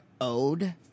owed